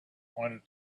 pointed